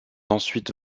ensuite